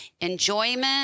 enjoyment